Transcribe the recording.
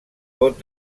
vot